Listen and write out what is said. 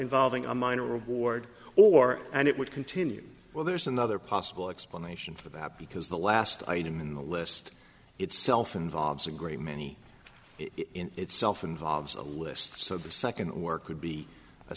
involving a minor award or and it would continue well there's another possible explanation for that because the last item in the list itself involves a great many in itself involves a list so the second work could be a